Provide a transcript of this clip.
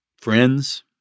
friends